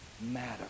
matter